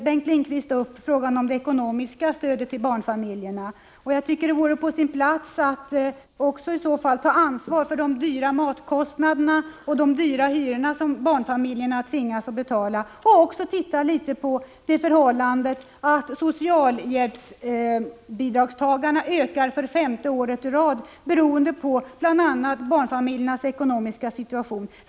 Bengt Lindqvist tar upp frågan om det ekonomiska stödet till barnfamiljerna. Jag tycker att det vore på sin plats att i så fall också ta ansvar för de dyra matkostnaderna och hyrorna som barnfamiljerna tvingas betala och också se litet på förhållandet att socialbidragstagarna ökar för femte året i rad, bl.a. beroende på barnfamiljernas ekonomiska situation.